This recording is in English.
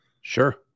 Sure